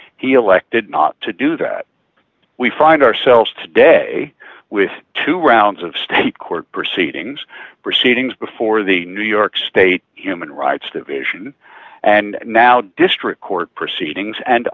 he elected not to do that we find ourselves today with two rounds of state court proceedings proceedings before the new york state human rights division and now district court proceedings and